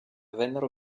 vennero